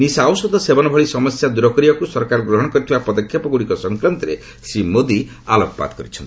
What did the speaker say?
ନିଶା ଔଷଧ ସେବନ ଭଳି ସମସ୍ୟା ଦୂରକରିବାକୁ ସରକାର ଗ୍ରହଣ କରିଥିବା ପଦକ୍ଷେପଗୁଡ଼ିକ ସଂକ୍ରାନ୍ତରେ ଶ୍ରୀ ମୋଦି ଆଲୋକପାତ କରିଛନ୍ତି